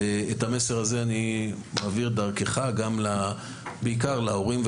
את המסר הזה אני מעביר דרכך בעיקר להורים,